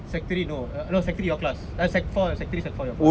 secondary three no eh err secondary three secondary four your class